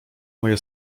moje